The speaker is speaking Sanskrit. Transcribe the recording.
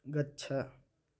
गच्छ